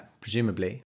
presumably